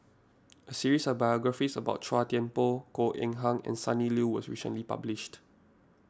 a series of biographies about Chua Thian Poh Goh Eng Han and Sonny Liew was recently published